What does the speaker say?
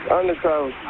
Undercover